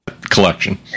collection